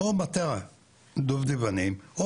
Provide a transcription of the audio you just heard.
מטע דובדבנים,